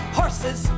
horses